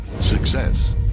success